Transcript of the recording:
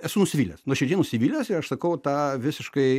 esu nusivylęs nuoširdžiai nusivylęs ir aš sakau tą visiškai